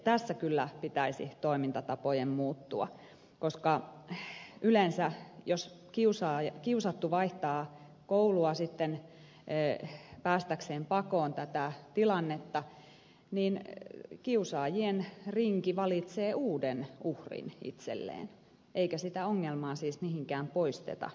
tässä kyllä pitäisi toimintatapojen muuttua koska yleensä jos kiusattu vaihtaa koulua sitten päästäkseen pakoon tätä tilannetta kiusaajien rinki valitsee uuden uhrin itselleen eikä sitä ongelmaa siis mihinkään poisteta